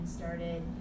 started